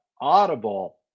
Audible